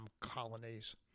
colonies